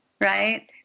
Right